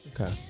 Okay